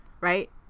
right